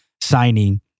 signing